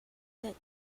that